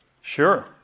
Sure